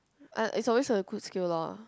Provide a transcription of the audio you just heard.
uh it's always a good skill loh